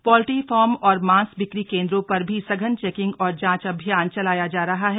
poultry farm और मांस बिक्री केंद्रों पर भी सघन चेकिंग और जांच अभियान चलाया जा रहा है